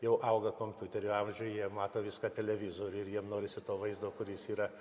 jau auga kompiuterių amžiuj jie mato viską televizoriuj ir jiem norisi to vaizdo kuris yra